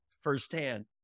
firsthand